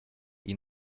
ihn